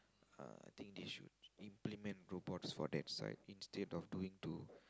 ah I think they should implement robots for that site instead doing to